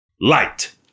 Light